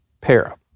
para